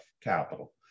capital